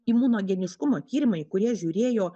imunogeniškumo tyrimai kurie žiūrėjo